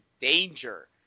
danger